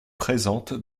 présente